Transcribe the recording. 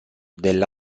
della